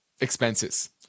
Expenses